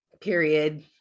period